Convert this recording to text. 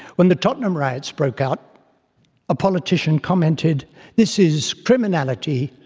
when the tottenham riots broke out a politician commented this is criminality,